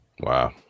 Wow